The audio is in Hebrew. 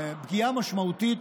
פגיעה משמעותית,